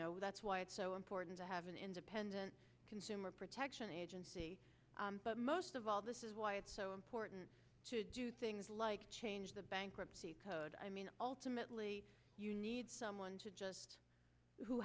know that's why it's so important to have an independent consumer protection agency but most of all this is why it's so important to do things like change the bankruptcy code i mean ultimately you need someone to just who